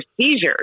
seizures